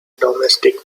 domestic